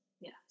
yes